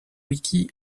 wiki